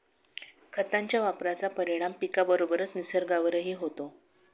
खतांच्या वापराचा परिणाम पिकाबरोबरच निसर्गावरही होतो